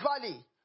valley